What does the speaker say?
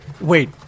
Wait